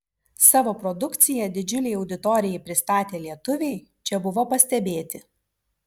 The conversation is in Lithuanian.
savo produkciją didžiulei auditorijai pristatę lietuviai čia buvo pastebėti